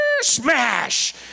smash